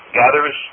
gathers